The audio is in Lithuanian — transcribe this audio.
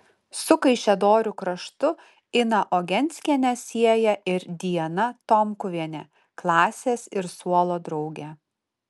su kaišiadorių kraštu iną ogenskienę sieja ir diana tomkuvienė klasės ir suolo draugė